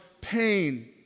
pain